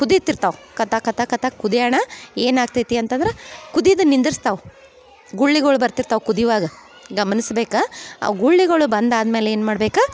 ಕುದಿತಿರ್ತಾವೆ ಕತ ಕತ ಕತ ಕುದಿಯಣ ಏನು ಆಗ್ತೈತಿ ಅಂತಂದ್ರ ಕುದಿದ ನಿಂದಿರ್ಸ್ತಾವೆ ಗುಳ್ಳಿಗಳು ಬರ್ತಿರ್ತಾವೆ ಕುದಿವಾಗ ಗಮನಿಸ್ಬೇಕು ಆ ಗುಳ್ಳಿಗಳು ಬಂದಾದ್ಮೇಲೆ ಏನು ಮಾಡ್ಬೇಕು